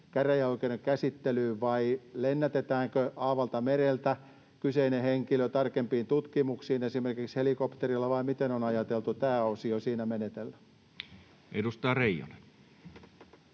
käräjäoikeuden käsittelyyn, vai lennätetäänkö aavalta mereltä kyseinen henkilö tarkempiin tutkimuksiin esimerkiksi helikopterilla? Vai miten on ajateltu tämä osio siinä menetellä? Edustaja Reijonen.